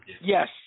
Yes